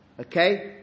Okay